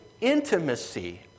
intimacy